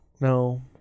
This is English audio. no